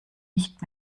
nicht